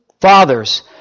fathers